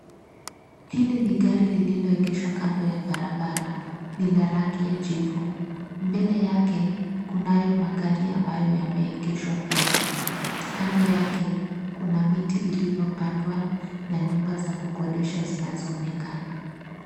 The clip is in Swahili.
Hili ni gari lililoegeshwa kando ya barabara. Ni la rangi ya jivu. Mbele yake, kunayo magari ambayo yameegeshwa pia. Kando yake, kuna miti iliyopandwa na nyumba za kukodisha zinazoonekana.